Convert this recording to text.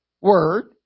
Word